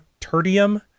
Tertium